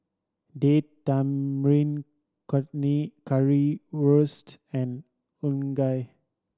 Date Tamarind Chutney Currywurst and